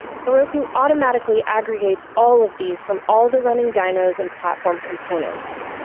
heroku automatically aggregates all of these from all the running dynos and platform components.